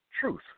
truth